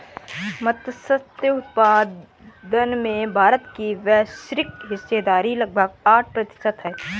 मत्स्य उत्पादन में भारत की वैश्विक हिस्सेदारी लगभग आठ प्रतिशत है